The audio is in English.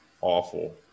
awful